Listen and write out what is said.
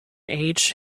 age